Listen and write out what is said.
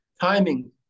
timing